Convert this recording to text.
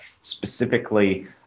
specifically